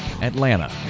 atlanta